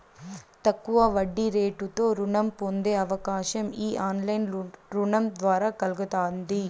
తక్కువ వడ్డీరేటుతో రుణం పొందే అవకాశం ఈ ఆన్లైన్ రుణం ద్వారా కల్గతాంది